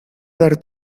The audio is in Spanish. dar